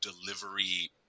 delivery